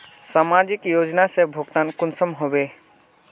समाजिक योजना से भुगतान कुंसम होबे?